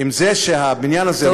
אם זה מה שהבניין הזה רוצה, לזה תזכו.